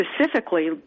specifically